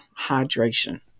hydration